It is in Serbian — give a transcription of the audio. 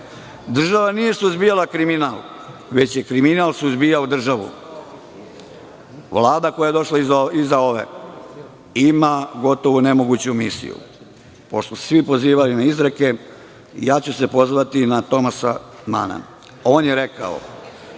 Država nije suzbijala kriminal već je kriminal suzbijao državu. Vlada koja je došla iza ove ima gotovo nemoguću misiju. Pošto se svi pozivaju na izreke, pozvaću se ja na Tomasa Mana. On je rekao